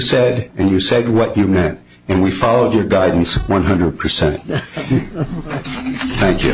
said and you said what you meant and we followed your guidance one hundred percent thank you